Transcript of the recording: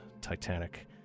Titanic